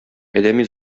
адәми